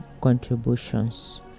contributions